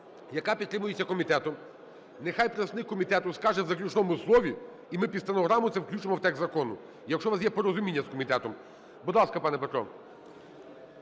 яка підтримується комітетом, нехай представник комітету скаже в заключному слові, і ми це під стенограму це включимо в текст закону. Якщо у вас є порозуміння з комітетом. Будь ласка, пане Петро.